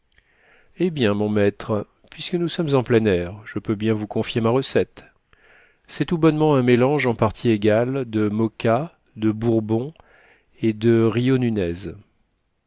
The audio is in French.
eh bien mon maître puisque nous sommes en plein air je peux bien vous confier ma recette c'est tout bonnement un mélange en parties égales de moka de bourbon et de